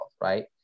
right